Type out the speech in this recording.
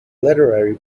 literary